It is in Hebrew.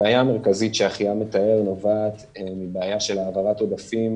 הבעיה המרכזית שאחיה מתאר נובעת מבעיה של העברת עודפים